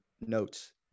notes